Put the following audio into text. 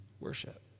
worship